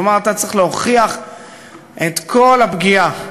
כלומר, אתה צריך להוכיח את כל הפגיעה,